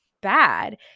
bad